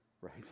right